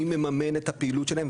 מי מממן את הפעילות שלהם?